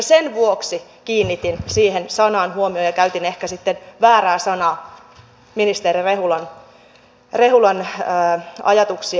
sen vuoksi kiinnitin siihen sanaan huomion ja käytin ehkä väärää sanaa ministeri rehulan ajatuksia ajatellen